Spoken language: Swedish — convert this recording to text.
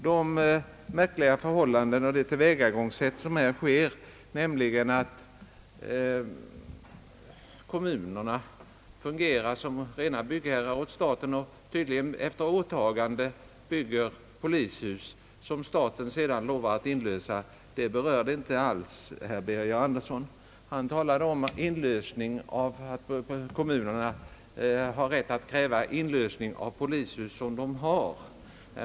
Det märkliga tillvägagångssätt som här förekommer, nämligen att kommunerna fungerar som byggherrar åt staten och tydligen efter åtagande bygger polishus som staten sedan lovar att inlösa, berördes inte alls av herr Birger Andersson. Han talade om att kommunerna har rätt att kräva inlösen av polishus som de har.